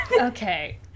Okay